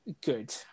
good